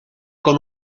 con